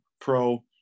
pro